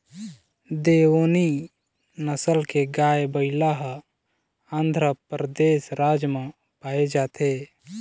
देओनी नसल के गाय, बइला ह आंध्रपरदेस राज म पाए जाथे